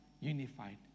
unified